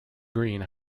green